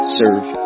serve